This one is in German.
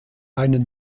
einen